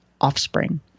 offspring